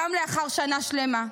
גם לאחר שנה שלמה.